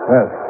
Yes